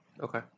Okay